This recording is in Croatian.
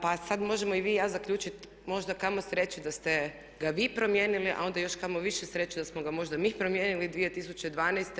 Pa sad možemo i vi i ja zaključiti možda kamo sreće da ste ga vi promijenili, a onda još kamo više sreće da smo ga možda mi promijenili 2012.